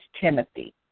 Timothy